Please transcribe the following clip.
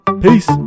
Peace